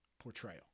portrayal